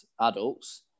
adults